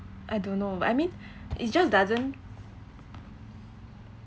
I don't know but I mean it's just doesn't